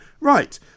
right